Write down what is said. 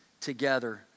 together